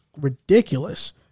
ridiculous